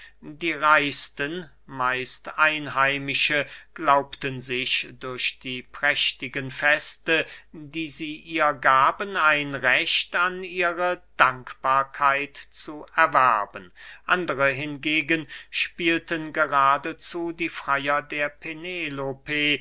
die reichsten meist einheimische glaubten sich durch die prächtigen feste die sie ihr gaben ein recht an ihre dankbarkeit zu erwerben andere hingegen spielten geradezu die freyer der penelope